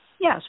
Yes